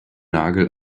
nagel